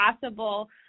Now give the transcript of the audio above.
possible